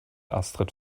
astrid